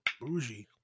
bougie